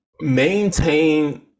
maintain